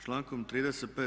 Člankom 35.